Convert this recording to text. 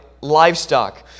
livestock